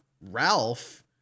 Ralph